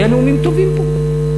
והיו נאומים טובים פה.